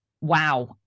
wow